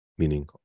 Meaning